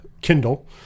Kindle